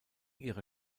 ihrer